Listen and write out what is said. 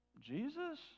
Jesus